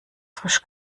frisch